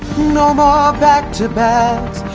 no more back-to-backs,